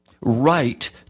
right